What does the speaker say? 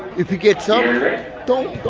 if he gets up don't.